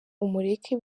umureke